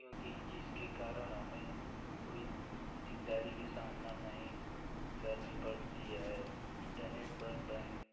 क्योंकि जिसके कारण हमें कोई दिकदारी की सामना नहीं करनी पड़ती है इंटरनेट पर बैंक